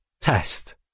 Test